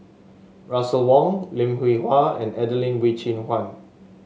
Russel Wong Lim Hwee Hua and Adelene Wee Chin Suan